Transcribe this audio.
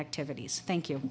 activities thank you